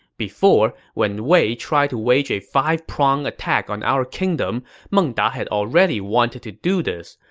before, when wei tried to wage a five-prong attack on our kingdom, meng da had already wanted to do this.